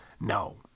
No